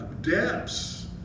depths